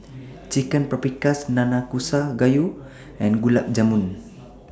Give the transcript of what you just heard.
Chicken Paprikas Nanakusa Gayu and Gulab Jamun